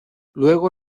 luego